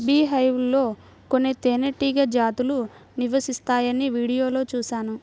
beehive లో కొన్ని తేనెటీగ జాతులు నివసిస్తాయని వీడియోలో చూశాను